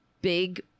big